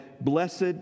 Blessed